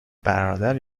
برادر